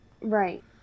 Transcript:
Right